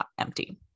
empty